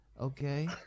Okay